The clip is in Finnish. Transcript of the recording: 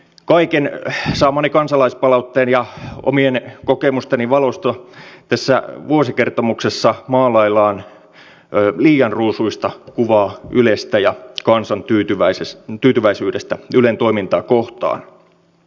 kaiken saamani kansalaispalautteen ja omien kokemusteni valossa tässä vuosikertomuksessa maalaillaan liian ruusuista kuvaa ylestä ja kansan tyytyväisyydestä ylen toimintaa kohtaan